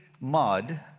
mud